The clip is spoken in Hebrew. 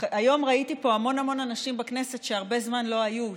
היום ראיתי פה המון המון אנשים בכנסת שהרבה זמן לא היו,